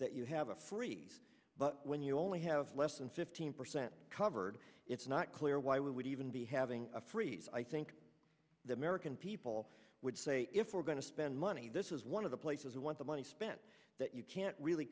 that you have a freeze but when you only have less than fifteen percent covered it's not clear why we would even be having a freeze i think the american people would say if we're going to spend money this is one of the places we want the money spent that you can't really